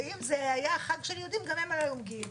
ואם זה היה חג של יהודים גם הם לא היו מגיעים.